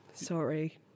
Sorry